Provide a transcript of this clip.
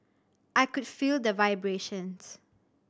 I could feel the vibrations